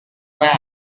men